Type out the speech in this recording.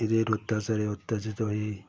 এদের অত্যাচারে অত্যাচারিত হয়ে